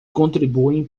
contribuem